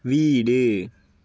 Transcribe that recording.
வீடு